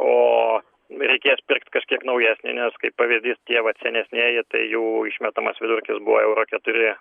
o reikės pirkt kažkiek naujesnį nes kaip pavyzdys tie vat senesnieji tai jų išmetamas vidurkis buvo euro keturi